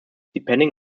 depending